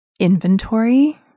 inventory